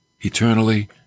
eternally